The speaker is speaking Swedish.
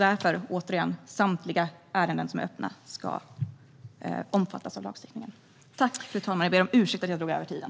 Därför, återigen, ska samtliga ärenden som är öppna omfattas av lagstiftningen.